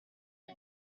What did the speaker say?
get